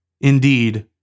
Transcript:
Indeed